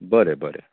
बरे बरें